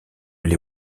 les